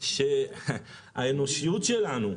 האנושיות שלנו,